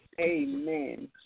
Amen